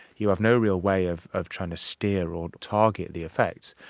you have no real way of of trying to steer or target the effects.